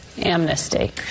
amnesty